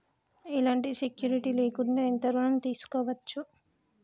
ఎలాంటి సెక్యూరిటీ లేకుండా ఎంత ఋణం తీసుకోవచ్చు?